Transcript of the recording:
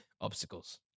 obstacles